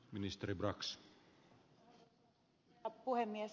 arvoisa herra puhemies